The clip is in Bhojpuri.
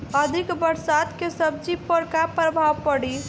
अधिक बरसात के सब्जी पर का प्रभाव पड़ी?